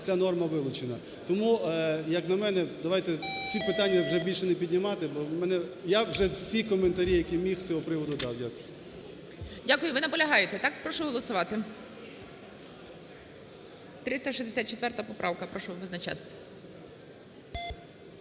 ця норма вилучена. Тому, як на мене, давайте ці питання вже більше не піднімати, бо в мене, я вже всі коментарі, які міг з цього приводу, дав. Дякую. ГОЛОВУЮЧИЙ. Дякую. Ви наполягаєте, так? Прошу голосувати. 364 поправка, прошу визначатись.